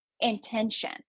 intention